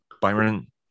Byron